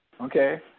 okay